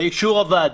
לאישור הוועדה.